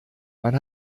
man